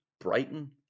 Brighton